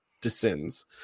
descends